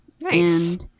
Nice